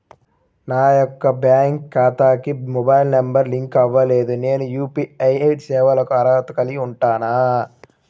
నా యొక్క బ్యాంక్ ఖాతాకి మొబైల్ నంబర్ లింక్ అవ్వలేదు నేను యూ.పీ.ఐ సేవలకు అర్హత కలిగి ఉంటానా?